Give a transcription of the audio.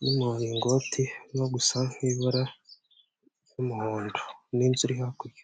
n'umuringoti urimo gusa nk'ibura ry'umuhondo n'inzu iri hakurya.